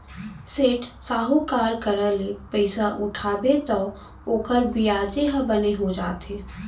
सेठ, साहूकार करा ले पइसा उठाबे तौ ओकर बियाजे ह बने हो जाथे